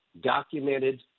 documented